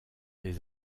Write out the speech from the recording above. des